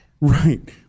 Right